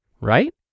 right